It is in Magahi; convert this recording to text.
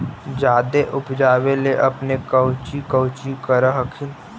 जादे उपजाबे ले अपने कौची कौची कर हखिन?